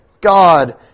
God